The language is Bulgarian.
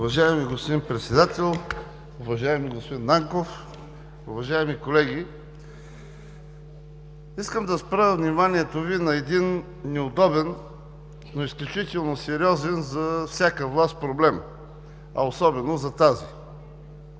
Уважаеми господин Председател, уважаеми господин Нанков, уважаеми колеги! Искам да спра вниманието Ви на един неудобен, но изключително сериозен за всяка власт проблем, особено за тази,